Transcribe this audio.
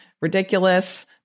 ridiculous